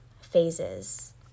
phases